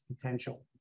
potential